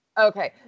Okay